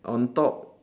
on top